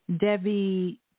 Debbie